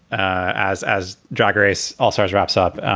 as as drag race allstars wraps up,